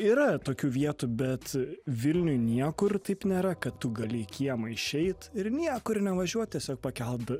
yra tokių vietų bet vilniuj niekur taip nėra kad tu gali į kiemą išeit ir niekur nevažiuot tiesiog pakelt